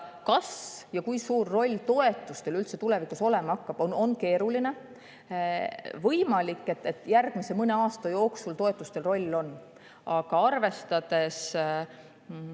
kas ja kui suur roll toetustel tulevikus olema hakkab, on keeruline. Võimalik, et mõne järgmise aasta jooksul toetustel roll on. Aga arvestades